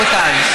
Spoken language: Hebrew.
רבותיי,